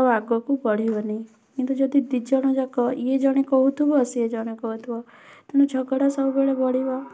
ଆଉ ଆଗକୁ ବଢ଼ିବନି କିନ୍ତୁ ଯଦି ଦୁଇ ଜଣ ଯାକ ଇଏ ଜଣେ କହୁଥିବ ସିଏ ଜଣେ କହୁଥିବ ତେଣୁ ଝଗଡ଼ା ସବୁବେଳେ ବଢ଼ିବ